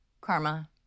Karma